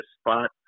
spot